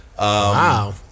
wow